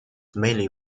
mainly